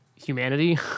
Humanity